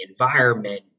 environment